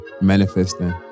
manifesting